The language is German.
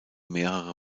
mehrere